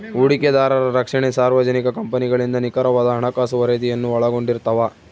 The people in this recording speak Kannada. ಹೂಡಿಕೆದಾರರ ರಕ್ಷಣೆ ಸಾರ್ವಜನಿಕ ಕಂಪನಿಗಳಿಂದ ನಿಖರವಾದ ಹಣಕಾಸು ವರದಿಯನ್ನು ಒಳಗೊಂಡಿರ್ತವ